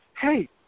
hey